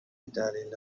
دلیل